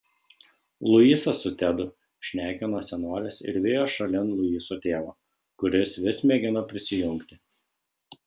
luisas su tedu šnekino senoles ir vijo šalin luiso tėvą kuris vis mėgino prisijungti